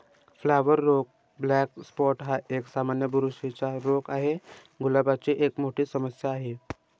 flower रोग black spot हा एक, सामान्य बुरशीचा रोग आहे, गुलाबाची एक मोठी समस्या आहे